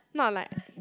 not like